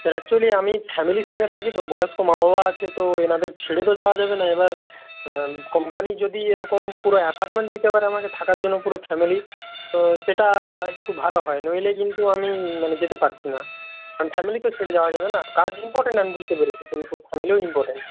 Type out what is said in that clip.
sir actually আমি ফ্যামিলির সঙ্গে থাকি তো বয়স্ক মা বাবা আছে তো এনাদের ছেড়ে তো যাওয়া যাবে না এবার কোম্পানি যদি এরকম পুরো অ্যাপার্টমেন্ট দিতে পারে আমাকে থাকার জন্য পুরো ফ্যামিলি তো সেটা একটু ভালো হয় নইলে কিন্তু আমি মানে যেতে পারছি না কারণ ফ্যামিলি তো ছেড়ে যাওয়া যাবে না কাজ ইম্পর্টেন্ট আমি বুঝতে পেরেছি কিন্তু ফ্যামিলিও ইম্পর্টেন্ট